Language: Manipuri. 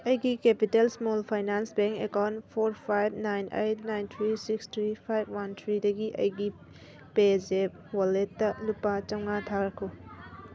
ꯑꯩꯒꯤ capital small finance bank account four five nine eight nine three six three five one ꯊ꯭ꯔꯤꯗꯒꯤ ꯑꯩꯒꯤ ꯄꯦꯖꯦꯞ ꯋꯥꯂꯦꯠꯇ ꯂꯨꯄꯥ ꯆꯧꯉ꯭ꯋꯥ ꯊꯥꯔꯛꯎ